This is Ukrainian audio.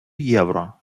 євро